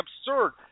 absurd